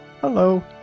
Hello